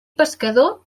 pescador